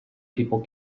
people